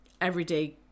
everyday